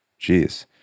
Jeez